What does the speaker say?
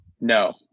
No